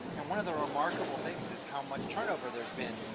one of the remarkable things is how much turnover there has been